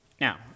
now